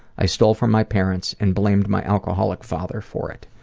i stole from my parents and blamed my alcoholic father for it.